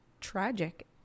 tragic